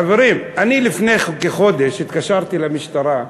חברים, אני לפני כחודש התקשרתי למשטרה.